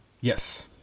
Yes